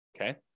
Okay